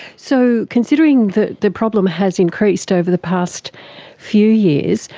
so considering the the problem has increased over the past few years,